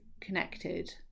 connected